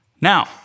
Now